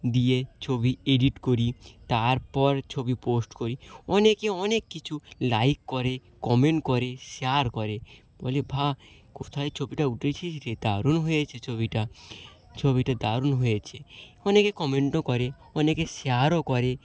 দিয়ে ছবি এডিট করি তারপর ছবি পোস্ট করি অনেকে অনেক কিছু লাইক করে কমেন্ট করে শেয়ার করে বলে বাহ কোথায় ছবিটা উঠেছিস রে দারুণ হয়েছে ছবিটা ছবিটা দারুণ হয়েছে অনেকে কমেন্টও করে অনেকে শেয়ারও করে